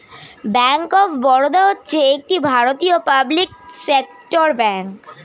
bank of Baroda হচ্ছে একটি ভারতীয় পাবলিক সেক্টর ব্যাঙ্ক